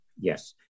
yes